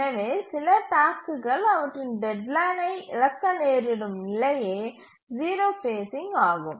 எனவே சில டாஸ்க்குகள் அவற்றின் டெட்லைனை இழக்க நேரிடும் நிலையே 0 ஃபேஸ்சிங் ஆகும்